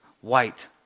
white